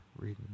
reading